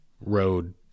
Road